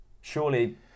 Surely